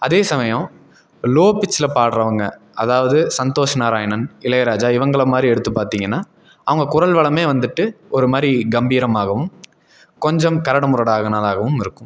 அதே சமயம் லோ பிட்ச்சில் பாடறவங்க அதாவது சந்தோஷ் நாராயணன் இளையராஜா இவங்களை மாதிரி எடுத்து பார்த்திங்கன்னா அவங்க குரல் வளமே வந்துட்டு ஒருமாதிரி கம்பீரமாகவும் கொஞ்சம் கரடுமுரடானதாகவும் இருக்கும்